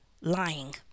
lying